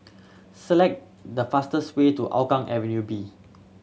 select the fastest way to Hougang Avenue B